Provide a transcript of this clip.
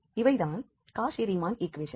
இவை தான் Cauchy Riemann ஈக்குவேஷன்கள்